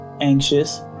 anxious